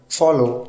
follow